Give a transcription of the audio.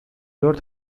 dört